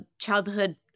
childhood